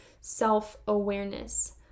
self-awareness